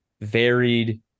varied